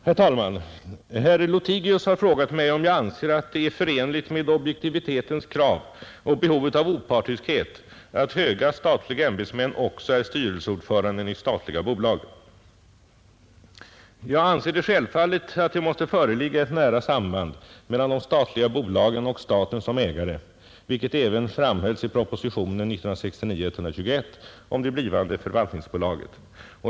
Herr talman! Herr Lothigius har frågat mig om jag anser att det är förenligt med objektivitetens krav och behovet av opartiskhet att höga statliga ämbetsmän också är styrelseordförande i statliga bolag. Jag anser det självklart att det måste föreligga ett nära samband mellan de statliga bolagen och staten som ägare, vilket även framhölls i propositionen 1969:121 om det blivande förvaltningsbolaget.